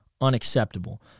unacceptable